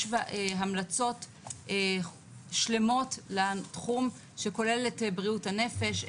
יש המלצות שלמות לתחום שכולל את בריאות הנפש.